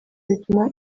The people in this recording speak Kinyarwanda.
bituma